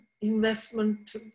investment